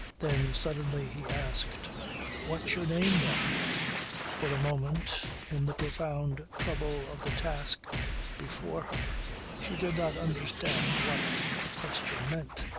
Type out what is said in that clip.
then suddenly he asked what's your name then? for a moment in the profound trouble of the task before her she did not understand what the question meant.